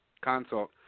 consult